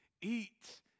eat